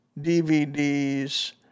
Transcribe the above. DVDs